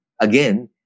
Again